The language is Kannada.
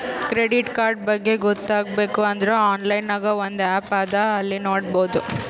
ಕ್ರೆಡಿಟ್ ಕಾರ್ಡ್ ಬಗ್ಗೆ ಗೊತ್ತ ಆಗ್ಬೇಕು ಅಂದುರ್ ಆನ್ಲೈನ್ ನಾಗ್ ಒಂದ್ ಆ್ಯಪ್ ಅದಾ ಅಲ್ಲಿ ನೋಡಬೋದು